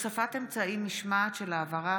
(הוספת אמצעי משמעת של העברה